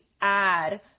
add